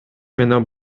менен